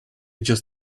just